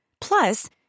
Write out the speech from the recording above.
Plus